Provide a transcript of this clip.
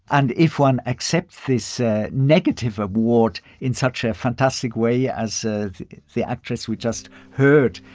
and if one accepts this ah negative award in such a fantastic way as the the actress we just heard,